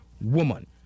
woman